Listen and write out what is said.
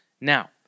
Now